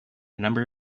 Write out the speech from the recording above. number